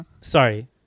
Sorry